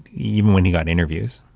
even when he got interviews,